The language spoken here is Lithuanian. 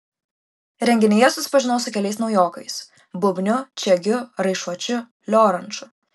renginyje susipažinau su keliais naujokais bubniu čiegiu raišuočiu lioranču